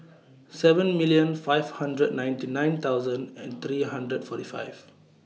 seven million five hundred ninety nine thousand and three hundred forty five